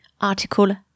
article